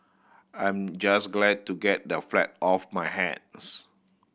I'm just glad to get the flat off my hands